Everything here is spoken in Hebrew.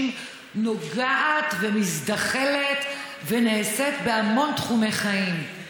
נוגעת ומזדחלת ונעשית בהמון תחומי חיים.